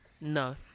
No